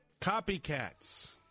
Copycats